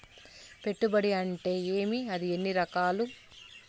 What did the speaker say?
పెట్టుబడి అంటే ఏమి అది ఎన్ని రకాలు